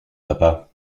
papa